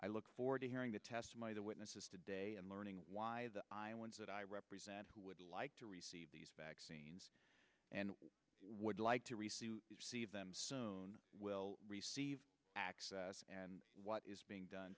i look forward to hearing the testimony the witnesses today and learning why the iowans that i represent who would like to receive these vaccines and would like to receive them soon will receive access and what is